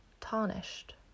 tarnished